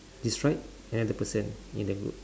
describe another person in the group